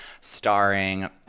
starring